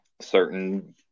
certain